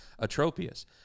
Atropius